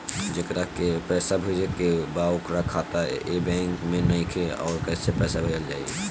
जेकरा के पैसा भेजे के बा ओकर खाता ए बैंक मे नईखे और कैसे पैसा भेजल जायी?